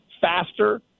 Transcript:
faster